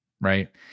Right